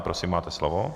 Prosím, máte slovo.